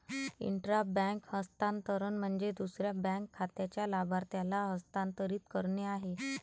intra bank हस्तांतरण म्हणजे दुसऱ्या बँक खात्याच्या लाभार्थ्याला हस्तांतरित करणे आहे